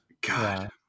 God